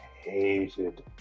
hated